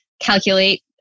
calculate